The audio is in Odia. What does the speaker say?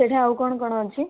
ସେଠି ଆଉ କଣ କଣ ଅଛି